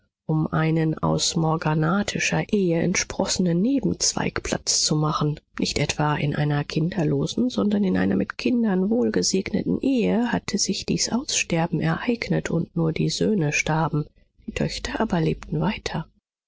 um einem aus morganatischer ehe entsprossenen nebenzweig platz zu machen nicht etwa in einer kinderlosen sondern in einer mit kindern wohlgesegneten ehe hatte sich dies aussterben ereignet und nur die söhne starben die töchter aber lebten weiter